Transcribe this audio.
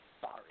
sorry